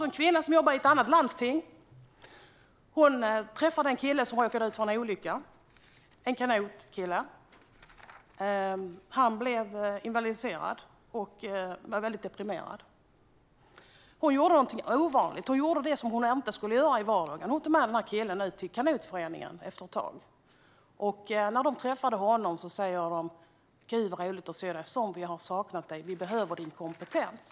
En kvinna som jobbade i ett annat landsting träffade en kille som råkat ut för en olycka, en kille som gillade att paddla kanot. Han blev invalidiserad och väldigt deprimerad. Då gjorde hon något ovanligt som hon inte skulle göra i vardagen. Hon tog med killen till kanotföreningen, där man sa: Gud, vad roligt att få se dig! Som vi har saknat dig. Vi behöver din kompetens.